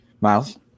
Miles